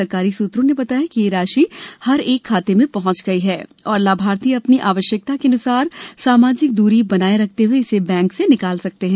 सरकारी सूत्रों ने बताया कि यह राशि हर एक खाते में पहंच गई है और लाभार्थी अपनी आवश्यकता के अनुसार सामाजिक दूरी बनाए रखते हुए इसे बैंक र्स निकाल सकते हैं